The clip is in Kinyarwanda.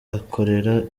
akorera